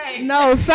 No